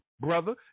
brother